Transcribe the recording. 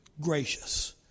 gracious